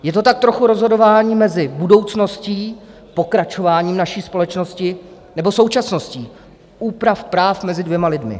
Je to tak trochu rozhodování mezi budoucností, pokračováním naší společnosti, nebo současností, úprav práv mezi dvěma lidmi.